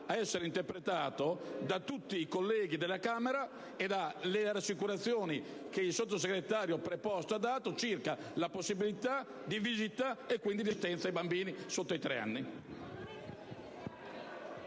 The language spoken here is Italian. ad essere interpretato da tutti i colleghi della Camera e dalle rassicurazioni che il Sottosegretario preposto ha dato circa la possibilità di visita e, quindi, di assistenza ai bambini sotto ai tre anni.